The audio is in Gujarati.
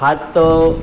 હાથ તો